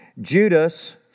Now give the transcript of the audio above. Judas